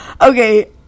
okay